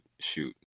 shoot